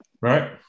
Right